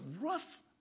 rough